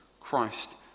Christ